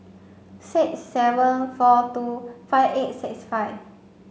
six seven four two five eight six five